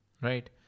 Right